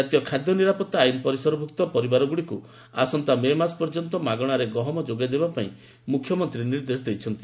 ଜାତୀୟ ଖାଦ୍ୟ ନିରାପତ୍ତା ଆଇନ ପରିସରଭୁକ୍ତ ପରିବାରଗୁଡ଼ିକୁ ଆସନ୍ତା ମେ ମାସ ପର୍ଯ୍ୟନ୍ତ ମାଗଣାରେ ଗହମ ଯୋଗାଇବା ପାଇଁ ମୁଖ୍ୟମନ୍ତ୍ରୀ ନିର୍ଦ୍ଦେଶ ଦେଇଛନ୍ତି